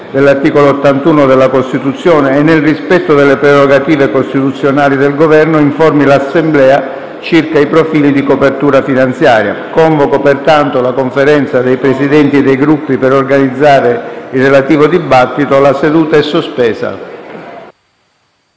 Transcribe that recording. dell'articolo 81 della Costituzione e nel rispetto delle prerogative costituzionali del Governo, informi l'Assemblea circa i profili di copertura finanziaria. Convoco pertanto la Conferenza dei Capigruppo per organizzare il relativo dibattito. La seduta è sospesa.